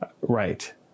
right